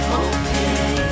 okay